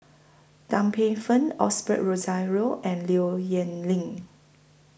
Tan Paey Fern Osbert Rozario and Low Yen Ling